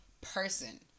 person